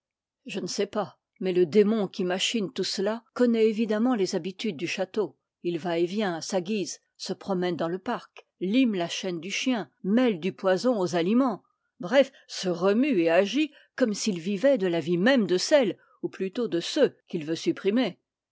je ne sais pas mais le démon qui machine tout cela connaît évidemment les habitudes du château il va et vient à sa guise se promène dans le parc lime la chaîne du chien mêle du poison aux aliments bref se remue et agit comme s'il vivait de la vie même de celle ou plutôt de ceux qu'il veut supprimer